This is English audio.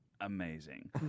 Amazing